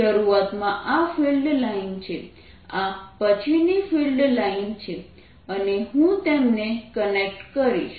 શરૂઆતમાં આ field line છે આ પછીની ફિલ્ડ લાઈન આ છે અને હું તેમને કનેક્ટ કરીશ